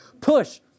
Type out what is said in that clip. PUSH